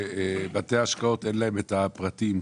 שלבתי ההשקעות אין את הפרטים,